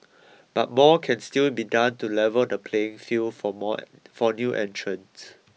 but more can still be done to level the playing field for more for new entrants